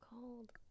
cold